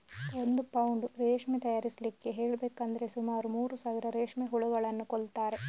ಒಂದು ಪೌಂಡ್ ರೇಷ್ಮೆ ತಯಾರಿಸ್ಲಿಕ್ಕೆ ಹೇಳ್ಬೇಕಂದ್ರೆ ಸುಮಾರು ಮೂರು ಸಾವಿರ ರೇಷ್ಮೆ ಹುಳುಗಳನ್ನ ಕೊಲ್ತಾರೆ